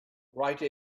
write